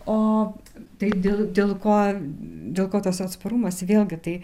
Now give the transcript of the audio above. o tai dėl dėl ko dėl ko tas atsparumas vėlgi tai